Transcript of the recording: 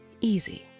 Easy